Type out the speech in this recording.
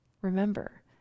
Remember